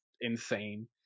insane